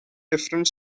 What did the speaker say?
different